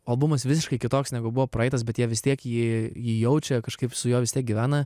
o albumas visiškai kitoks negu buvo praeitas bet jie vis tiek jį jį jaučia kažkaip su juo vistiek gyvena